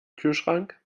kühlschrank